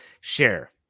share